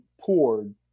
poured